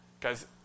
Guys